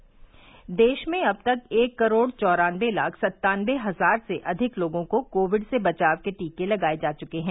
PTC देश में अब तक एक करोड चौरानबे लाख सन्तानबे हजार से अधिक लोगों को कोविड से बचाव के टीके लगाये जा चुके हैं